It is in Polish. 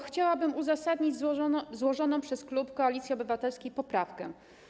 Chciałabym uzasadnić złożoną przez klub Koalicji Obywatelskiej poprawkę.